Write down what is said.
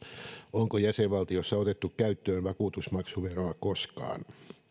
onko jäsenvaltiossa otettu käyttöön vakuutusmaksuveroa koskaan